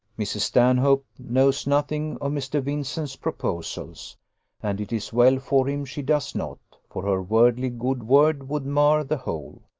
mrs. stanhope knows nothing of mr. vincent's proposals and it is well for him she does not, for her worldly good word would mar the whole.